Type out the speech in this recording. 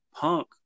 punk